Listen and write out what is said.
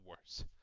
worse